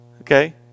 Okay